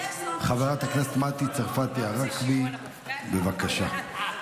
חברת הכנסת מתי צרפתי הרכבי, בבקשה.